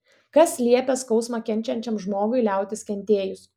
kas liepia skausmą kenčiančiam žmogui liautis kentėjus